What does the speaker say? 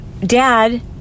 dad